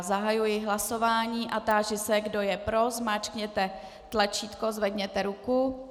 Zahajuji hlasování a táži se, kdo je pro, zmáčkněte tlačítko a zvedněte ruku.